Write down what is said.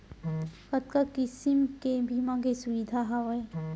कतका किसिम के बीमा के सुविधा हावे?